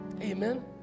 amen